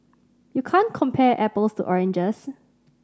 you can't compare apples to oranges